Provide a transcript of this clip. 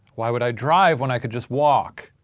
why would i drive when i could just walk?